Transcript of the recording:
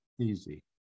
easy